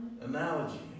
Analogy